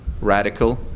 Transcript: radical